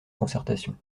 concertation